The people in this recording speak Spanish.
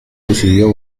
decidió